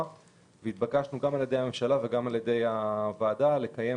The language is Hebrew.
והתבקשנו על ידי הממשלה והוועדה להקים